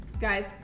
Guys